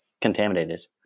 contaminated